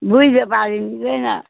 বুঝতে পারি নি